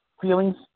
feelings